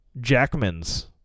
Jackman's